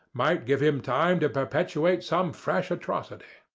might give him time to perpetrate some fresh atrocity.